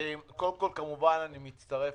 קודם כול, כמובן אני מצטרף